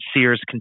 Sears